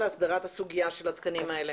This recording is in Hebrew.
להסדרת הסוגיה של התקנים האלה.